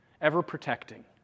ever-protecting